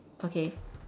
okay